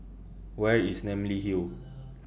Where IS Namly Hill